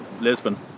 Lisbon